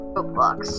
Roblox